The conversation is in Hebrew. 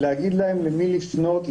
להגיד להם למי לפנות,